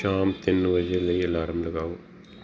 ਸ਼ਾਮ ਤਿੰਨ ਵਜੇ ਲਈ ਅਲਾਰਮ ਲਗਾਓ